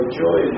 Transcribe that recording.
joy